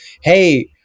Hey